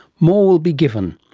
more will be given.